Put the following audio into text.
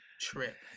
trip